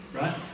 Right